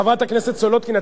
חברת הכנסת סולודקין,